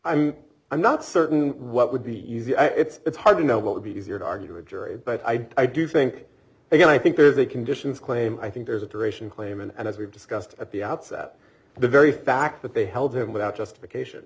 mean i'm not certain what would be easy it's it's hard to know what would be easier to argue a jury but i do think again i think there's a conditions claim i think there's a duration claim and as we've discussed at the outset the very fact that they held him without justification